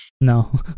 No